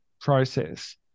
process